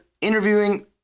interviewing